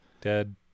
Dead